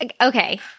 Okay